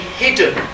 hidden